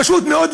פשוט מאוד,